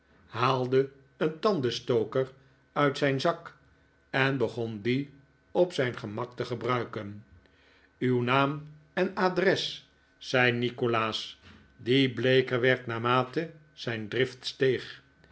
haalde een tandenstoker uit zijn zak en begon dien op zijn gemak te gebruiken uw naam en adres zei nikolaas die bleeker werd naarmate zijn drift steeg